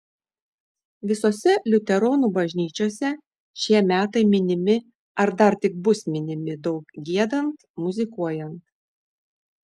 visose liuteronų bažnyčiose šie metai minimi ar dar tik bus minimi daug giedant muzikuojant